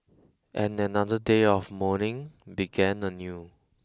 and another day of morning began anew